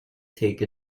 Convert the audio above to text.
take